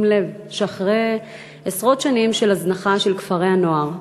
לב שאחרי עשרות שנים של הזנחה של כפרי-הנוער,